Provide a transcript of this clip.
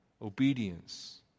obedience